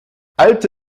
alte